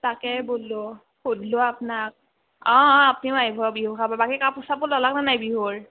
তাকে বোলো সোধলোঁ আপনাক অঁ অঁ আপনিও আহিব বিহু খাবা বাকী কাপোৰ চাপোৰ ললাক নে নাই বিহুৰ